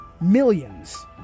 millions